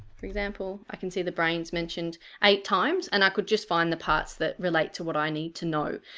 for example, i can see the brains mentioned eight times and i could just find the parts that relate to what i need to know.